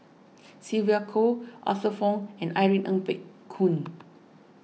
Sylvia Kho Arthur Fong and Irene Ng Phek Hoong